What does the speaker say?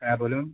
হ্যাঁ বলুন